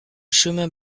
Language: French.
chemin